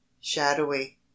shadowy